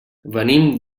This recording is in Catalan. venim